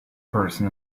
person